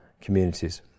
communities